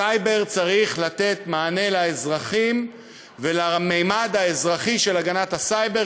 סייבר צריך לתת מענה לאזרחים ולממד האזרחי של הגנת הסייבר,